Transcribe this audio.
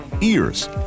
ears